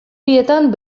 bietan